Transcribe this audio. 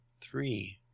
Three